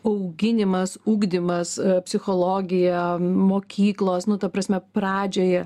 auginimas ugdymas psichologija mokyklos nu ta prasme pradžioje